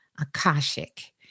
Akashic